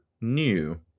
new